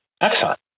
Excellent